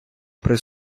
при